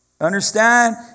Understand